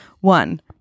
One